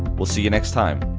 we'll see you next time!